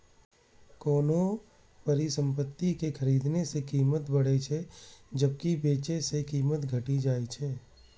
कोनो परिसंपत्ति कें खरीदने सं कीमत बढ़ै छै, जबकि बेचै सं कीमत घटि जाइ छै